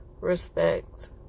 respect